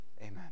Amen